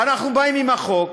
ואנחנו באים עם החוק,